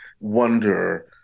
wonder